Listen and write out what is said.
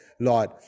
Lord